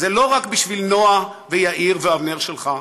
זה לא רק בשביל נועה ויאיר ואבנר שלך,